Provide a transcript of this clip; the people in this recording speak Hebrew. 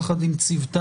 יחד עם צוותה,